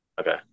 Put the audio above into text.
Okay